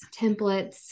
templates